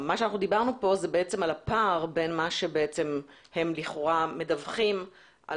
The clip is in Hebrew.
דיברנו פה על הפער בין מה שהם מדווחים על